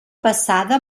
passada